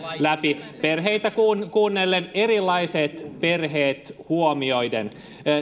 läpi perheitä kuunnellen erilaiset perheet huomioiden